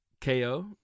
KO